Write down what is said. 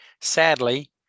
Sadly